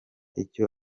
icyo